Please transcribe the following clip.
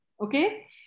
okay